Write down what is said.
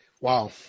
Wow